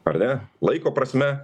ar ne laiko prasme